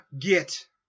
get